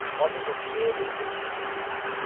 what is the scale in which i can operate.